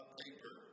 paper